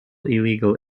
illegal